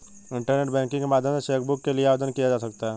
internet banking के माध्यम से चैकबुक के लिए आवेदन दिया जा सकता है